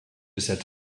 cette